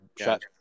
shot